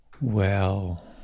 Well-